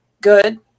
good